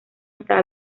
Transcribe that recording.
está